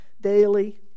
daily